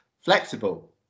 flexible